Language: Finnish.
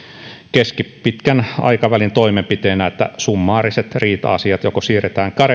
keskipitkän aikavälin toimenpiteenä että summaariset riita asiat joko siirretään